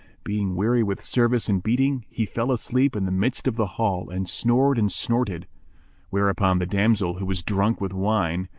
being weary with service and beating, he fell asleep in the midst of the hall and snored and snorted whereupon the damsel, who was drunken with wine,